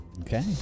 Okay